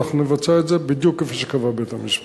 ואנחנו נבצע את זה בדיוק כפי שקבע בית-המשפט.